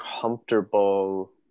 comfortable